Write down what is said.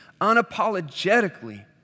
unapologetically